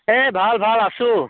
এই ভাল ভাল আছোঁ